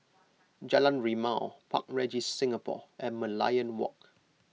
Jalan Rimau Park Regis Singapore and Merlion Walk